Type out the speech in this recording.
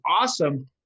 awesome